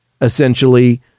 essentially